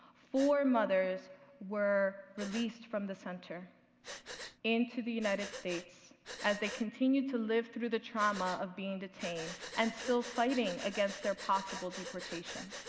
four mothers were released from the center into the united states as they continue to live through the trauma of being detained and still fighting against their possible deportation.